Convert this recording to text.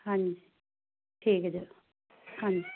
ਹਾਂਜੀ ਠੀਕ ਆ ਜੀ ਹਾਂਜੀ